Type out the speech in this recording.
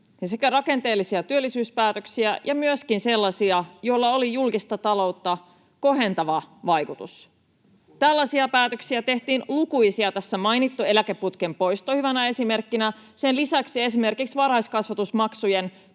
sekä rakenteellisia työllisyyspäätöksiä että myöskin sellaisia, joilla oli julkista taloutta kohentava vaikutus. Tällaisia päätöksiä tehtiin lukuisia: tässä mainittu eläkeputken poisto hyvänä esimerkkinä, sen lisäksi esimerkiksi varhaiskasvatusmaksujen